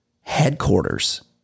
headquarters